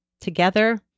Together